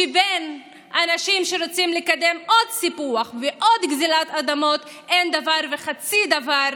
שלאנשים שרוצים לקדם עוד סיפוח ועוד גזלת אדמות אין דבר וחצי דבר